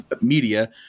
Media